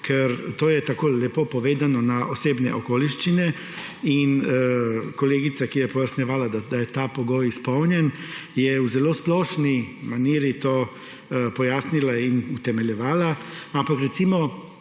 ker to je tako lepo povedano – na osebne okoliščine – in kolegica, ki je pojasnjevala, da je ta pogoj izpolnjen, je v zelo splošni maniri to pojasnila in utemeljevala, ampak, recimo,